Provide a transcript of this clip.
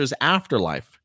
Afterlife